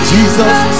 Jesus